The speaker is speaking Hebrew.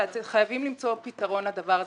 חייבים למצוא פתרון לדבר הזה.